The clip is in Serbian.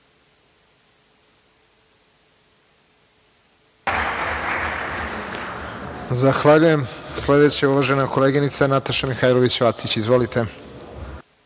Zahvaljujem. Sledeća je uvažena koleginica Nataša Mihailović Vacić. Izvolite.